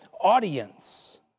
audience